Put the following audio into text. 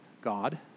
God